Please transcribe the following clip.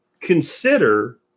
consider